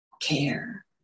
care